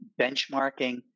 benchmarking